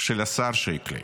של השר שיקלי.